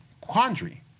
quandary